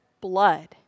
blood